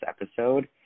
episode